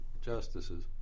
justices